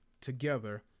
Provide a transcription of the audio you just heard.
together